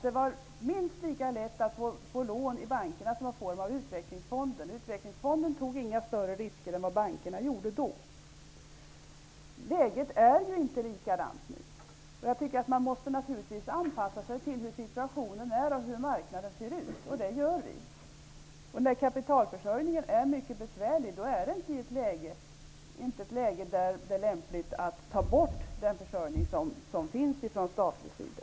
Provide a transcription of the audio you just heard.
Det var minst lika lätt att få låna i bank som ur Utvecklingsfonden. I Utvecklingsfonden tog man inga större risker än bankerna. Läget är nu inte detsamma. Naturligtvis måste man anpassa sig till hur situation och marknad ser ut, och det gör vi. När det är mycket besvärligt med kapitalförsörjningen, är läget inte lämpligt att ta bort den försörjning som gives från statlig sida.